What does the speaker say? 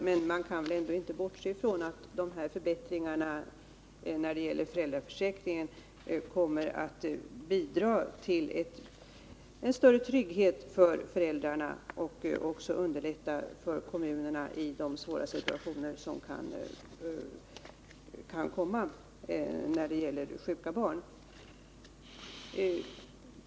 Men man kan inte bortse från att förbättringarna när det gäller föräldraförsäkringen kommer att bidra till en större trygghet för föräldrarna och även underlätta för kommunerna i de svåra situationer som kan uppstå när det gäller sjuka barn.